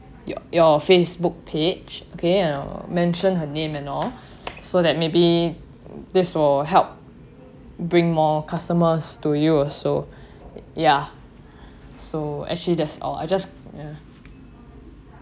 your your facebook page okay and I'll mention her name and all so that maybe this will help bring more customers to you also ya so actually that's all I just ya